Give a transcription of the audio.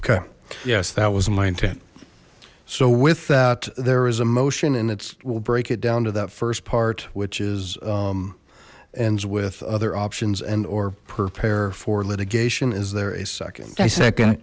okay yes that was in my intent so with that there is a motion and it's we'll break it down to that first part which is ends with other options and or prepare for litigation is there a second a second